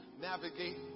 navigate